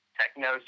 techno